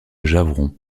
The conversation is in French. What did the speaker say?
javron